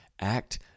act